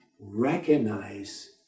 recognize